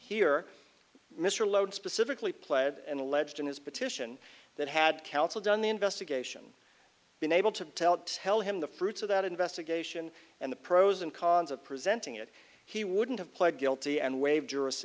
here mr load specifically pled and alleged in his petition that had counsel done the investigation been able to tell tell him the fruits of that investigation and the pros and cons of presenting it he wouldn't have pled guilty and waived